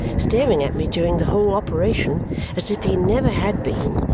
staring at me during the whole operation as if he never had been,